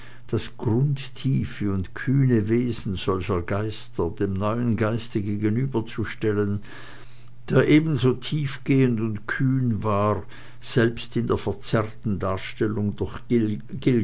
das grundtiefe und kühne wesen solcher geister dem neuesten geiste gegenüberzustellen der ebenso tiefgehend und kühn war selbst in der verzerrten darstellung durch